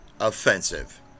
offensive